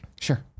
Sure